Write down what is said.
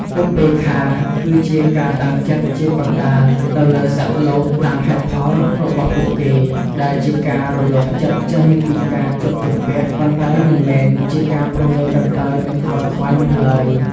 ឧបេក្ខាគឺជាការតាំងចិត្តជាកណ្តាលទៅលើសត្វលោកតាមហេតុផលរបស់ពួកគេ ដែលជាការរលាស់ចិត្តចេញពីការជាប់ជំពាក់ ប៉ុន្តែមិនមែនជាការព្រងើយកន្តើយមិនខ្វល់ខ្វាយនោះឡើយ។